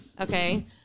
okay